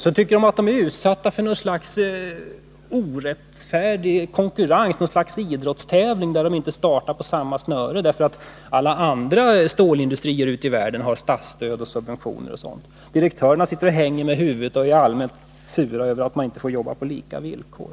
De tycker att de är utsatta för något slags orättfärdig konkurrens, att de deltar i en idrottstävling där de inte startar från samma linje som andra, för alla andra stålindustrier i världen har statsstöd och subventioner. Direktörerna hänger med huvudet och är allmänt sura över att inte få jobba på lika villkor.